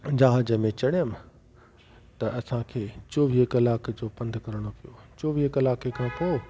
जॾहिं मां जहाज में चढ़ियमि त असांखे चोवीह कलाक जो पंधु करणो पयो चोवीह कलाक खां पोइ